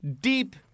deep